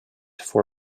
for